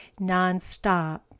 nonstop